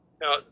Now